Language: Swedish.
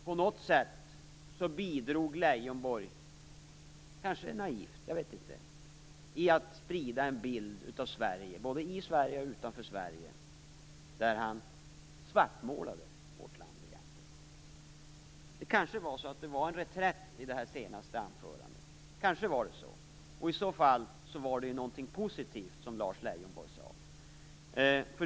På något sätt bidrog Leijonborg - kanske naivt, jag vet inte - till att sprida en bild av Sverige, både i Sverige och utanför Sverige, där han egentligen svartmålade vårt land. Det kanske var en reträtt i det senaste anförandet. Kanske var det så. I så fall var det ju något positivt som Lars Leijonborg sade.